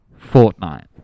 Fortnite